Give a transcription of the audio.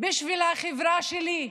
בשביל החברה שלי.